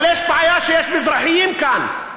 אבל יש בעיה, שיש מזרחים כאן.